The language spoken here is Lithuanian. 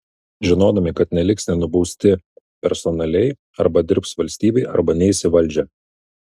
žinodami kad neliks nenubausti personaliai arba dirbs valstybei arba neis į valdžią